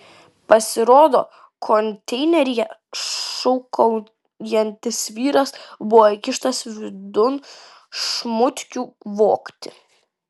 pasirodo konteineryje šūkaujantis vyras buvo įkištas vidun šmutkių vogti